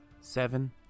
seven